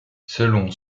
selon